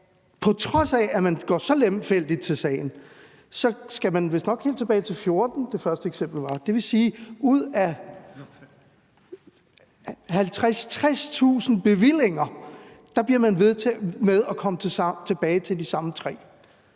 på trods af at man går så lemfældigt til sagen, så skal man vistnok helt tilbage til 2014, hvor det første eksempel var. Det vil sige, at man ud af 50.000-60.000 bevillinger bliver ved med at komme tilbage til de samme tre.